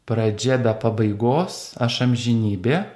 pradžia be pabaigos aš amžinybė